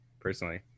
personally